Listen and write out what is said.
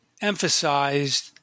emphasized